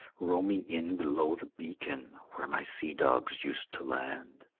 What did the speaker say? row me in below the beacon where my sea-dogs used to land.